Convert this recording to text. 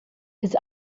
his